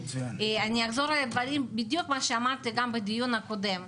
אני אחזור על דברים בדיוק מה שאמרתי גם בדיון הקודם,